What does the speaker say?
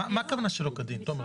מה הכוונה שלא כדין, תומר?